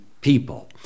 people